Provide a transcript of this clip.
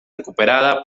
recuperada